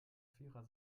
vierer